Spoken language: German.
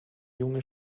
junge